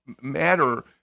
Matter